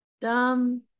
dumb